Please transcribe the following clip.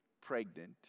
pregnant